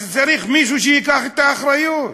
אז צריך מישהו שייקח את האחריות,